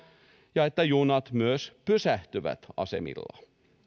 ja että junat myös pysähtyvät asemilla